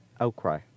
outcry